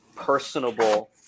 personable